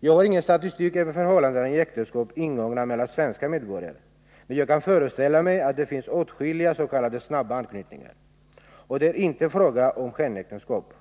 Jag har ingen statistik över förhållandena i äktenskap ingångna mellan svenska medborgare, men jag kan föreställa mig att det bland dem finns åtskilliga s.k. snabba anknytningar. Och det är då inte fråga om skenäktenskap.